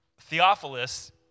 Theophilus